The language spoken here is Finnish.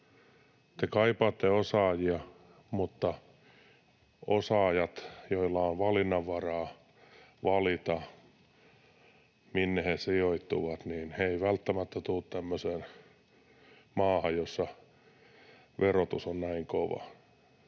Te kaipaatte osaajia, mutta osaajat, joilla on valinnanvaraa valita, minne he sijoittuvat, eivät välttämättä tule tämmöiseen maahan, jossa verotus on näin kova.